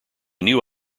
knew